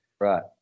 Right